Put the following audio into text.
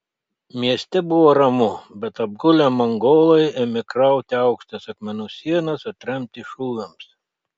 mieste buvo ramu bet apgulę mongolai ėmė krauti aukštas akmenų sienas atremti šūviams